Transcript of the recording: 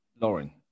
Lauren